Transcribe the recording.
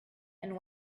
and